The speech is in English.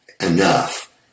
enough